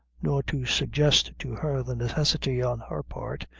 nor to suggest to her the necessity on her part,